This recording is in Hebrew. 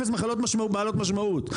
אפס מחלות בעלות משמעות,